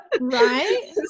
right